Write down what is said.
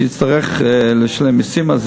שיצטרך לשלם על זה מסים,